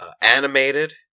animated